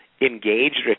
engaged